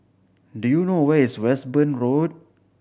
do you know where is Westbourne Road